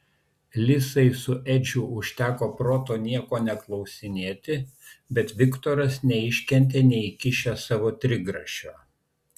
lisai su edžiu užteko proto nieko neklausinėti bet viktoras neiškentė neįkišęs savo trigrašio